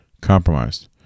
compromised